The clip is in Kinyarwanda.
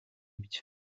byo